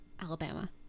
Alabama